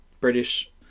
British